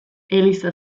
eliza